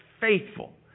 faithful